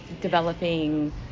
developing